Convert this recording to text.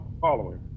following